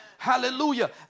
Hallelujah